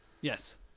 Yes